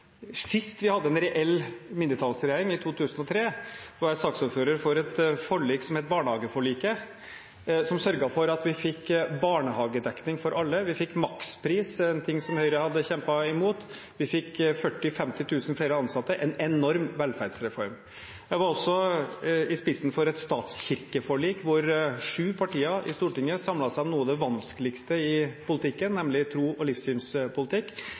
Sist vi hadde en reell mindretallsregjering, i 2003, var jeg saksordfører for et forlik, barnehageforliket, som sørget for at vi fikk barnehagedekning for alle, vi fikk makspris, noe Høyre hadde kjempet imot, og vi fikk 40 000–50 000 flere ansatte – en enorm velferdsreform. Jeg sto også i spissen for et statskirkeforlik hvor sju partier i Stortinget samlet seg om noe av det vanskeligste i politikken, nemlig tro- og livssynspolitikk.